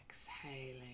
Exhaling